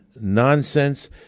nonsense